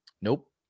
Nope